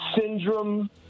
syndrome